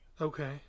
Okay